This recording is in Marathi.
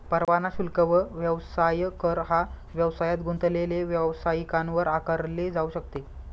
परवाना शुल्क व व्यवसाय कर हा व्यवसायात गुंतलेले व्यावसायिकांवर आकारले जाऊ शकते